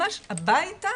ממש הביתה